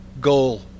goal